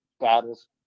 battles